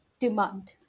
demand